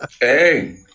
Hey